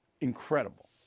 incredible